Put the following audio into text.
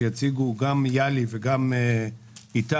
שיציגו גם יהלי וגם איתי,